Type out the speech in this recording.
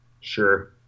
Sure